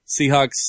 Seahawks